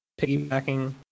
piggybacking